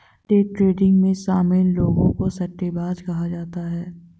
day trading में शामिल लोगों को सट्टेबाज कहा जाता है